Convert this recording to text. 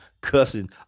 cussing